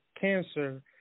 cancer